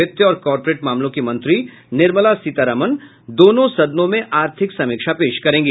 वित्त और कॉरपोरेट मामलों की मंत्री निर्मला सीतारामन दोनों सदनों में आर्थिक समीक्षा पेश करेंगी